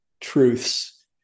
truths